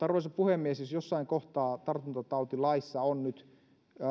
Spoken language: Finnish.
arvoisa puhemies jos jossain kohtaa tartuntatautilaissa on nyt